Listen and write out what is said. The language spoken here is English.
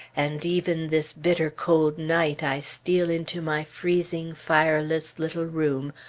and even this bitter cold night i steal into my freezing, fireless little room,